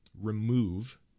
remove